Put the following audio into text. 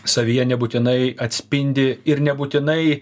savyje nebūtinai atspindi ir nebūtinai